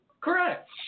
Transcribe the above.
Correct